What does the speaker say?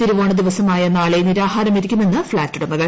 തിരുവോണ ദിവസമായ നാളെ നിരാഹാരമിരിക്കുമെന്ന് ഫ്ളാറ്റ് ഉടമകൾ